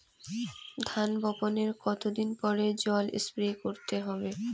ধান বপনের কতদিন পরে জল স্প্রে করতে হবে?